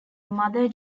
mother